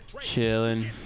Chilling